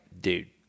dude